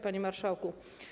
Panie Marszałku!